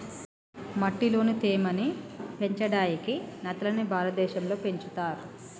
మట్టిలోని తేమ ని పెంచడాయికి నత్తలని భారతదేశం లో పెంచుతర్